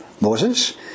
Moses